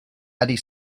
eddie